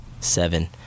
Seven